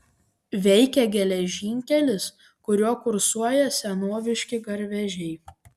veikia geležinkelis kuriuo kursuoja senoviški garvežiai